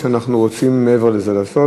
או שאנחנו רוצים מעבר לזה לעשות?